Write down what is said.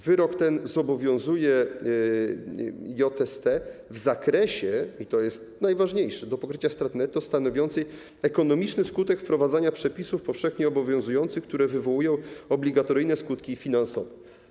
Wyrok ten zobowiązuje JST w zakresie, i to jest najważniejsze, do pokrycia straty netto stanowiącej ekonomiczny skutek wprowadzania przepisów powszechnie obowiązujących, które wywołują obligatoryjne skutki finansowe.